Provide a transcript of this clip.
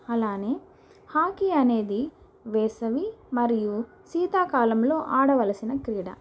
అలానే హాకీ అనేది వేసవి మరియు శీతాకాలంలో ఆడవలసిన క్రీడ